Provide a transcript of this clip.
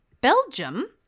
belgium